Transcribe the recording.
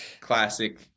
classic